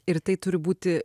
ir tai turi būti